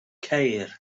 ceir